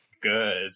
good